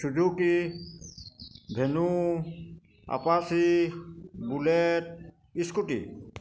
Suzuki venue apache bullet scooty